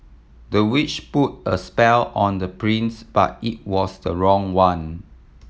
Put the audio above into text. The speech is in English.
the witch put a spell on the prince but it was the wrong one